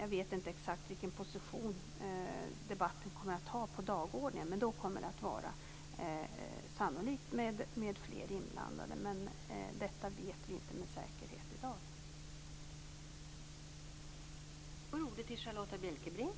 Jag vet inte exakt vilken position debatten kommer att ha på dagordningen. Men då kommer det sannolikt att vara fler inblandade. Detta vet vi dock inte med säkerhet i dag.